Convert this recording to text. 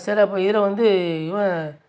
சில இதில் வந்து இவன்